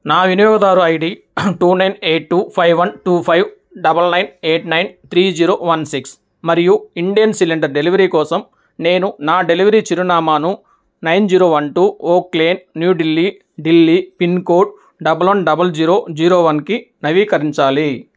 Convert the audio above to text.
నా వినియోగదారు ID two nine eight two five one two five double nine eight nine three zero one six మరియు Indane cylinder delivery కోసం నేను నా delivery చిరునామాను nine zero one two oak lane New Delhi Delhi pin code double one double zero zero వన్కి నవీకరించాలి